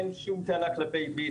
אין לי שום טענה כלפי "ביט",